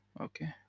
okay